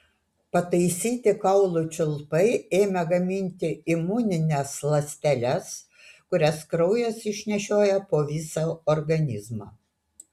pataisyti kaulų čiulpai ėmė gaminti imunines ląsteles kurias kraujas išnešiojo po visą organizmą